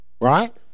right